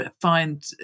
find